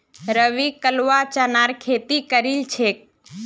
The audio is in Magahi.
रवि कलवा चनार खेती करील छेक